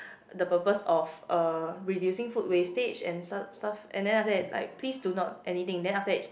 the purpose of uh reducing food wastage and some stuff and then after that it's like please do not anything then after that